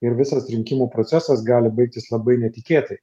ir visas rinkimų procesas gali baigtis labai netikėtai